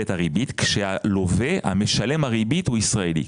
בהיבט הריבית כאשר הלווה, משלם הריבית הוא ישראלי.